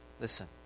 Listen